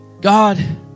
God